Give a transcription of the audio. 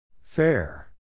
Fair